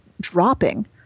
dropping